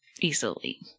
easily